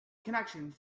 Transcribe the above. connections